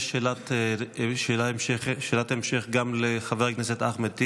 יש שאלת המשך גם לחבר הכנסת אחמד טיבי,